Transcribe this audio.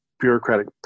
bureaucratic